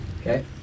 Okay